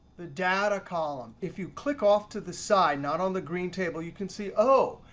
the data column, if you click off to the side not on the green table you can see oh,